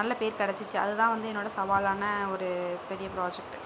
நல்ல பேர் கிடச்சிச்சி அதுதான் வந்து என்னோடய சவாலான ஒரு பெரிய ப்ராஜெக்ட்